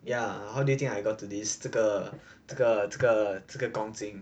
yeah how do you think I got to this 这个这个这个这个公斤